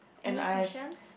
any questions